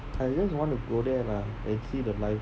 I just want to go there mah and see the life